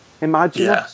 Imagine